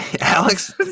Alex